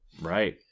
Right